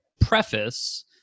preface